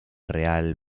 real